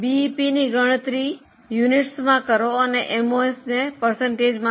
બીઈપીની ગણતરી એકમોમાં કરો અને એમઓએસ ને ટકામાં